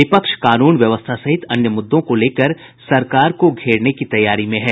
विपक्ष कानून व्यवस्था सहित अन्य मुद्दों को लेकर सरकार को घेरने की तैयारी में है